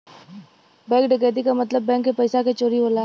bank डकैती क मतलब बैंक के पइसा क चोरी होला